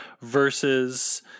versus